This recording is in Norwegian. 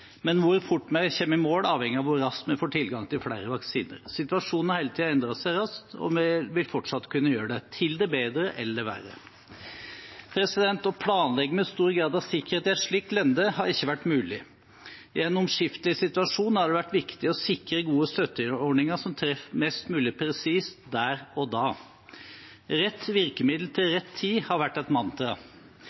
men hvor fort vi kommer i mål, avhenger av hvor raskt vi får tilgang til flere vaksiner. Situasjonen har hele tiden endret seg raskt og vil fortsatt kunne gjøre det, til det bedre eller til det verre. Å planlegge med stor grad av sikkerhet i et slikt lende har ikke vært mulig. I en omskiftelig situasjon har det vært viktig å sikre gode støtteordninger som treffer mest mulig presist der og da. Rett virkemiddel til rett tid har vært et mantra.